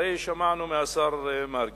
הרי שמענו מהשר מרגי,